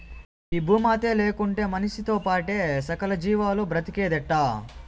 ఈ భూమాతే లేకుంటే మనిసితో పాటే సకల జీవాలు బ్రతికేదెట్టా